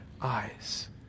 eyes